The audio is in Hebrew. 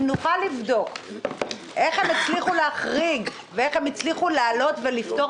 אם נוכל לבדוק איך הם הצליחו להחריג ואיך הם הצליחו לפתור